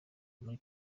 muri